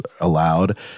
allowed